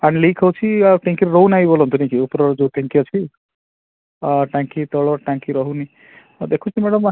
leak ହେଉଛି ଆଉ ଟାଙ୍କିରେ ରହୁନାହିଁ ଭଲ କରି ଉପର ଯେଉଁ ଟାଙ୍କି ଅଛି ଟାଙ୍କି ତଳ ଟାଙ୍କି ରହୁନି ହଉ ମୁଁ ଦେଖୁଛି ମ୍ୟାଡ଼ାମ୍